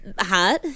hot